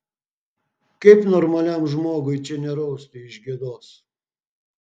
kaip normaliam žmogui čia nerausti iš gėdos